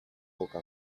poco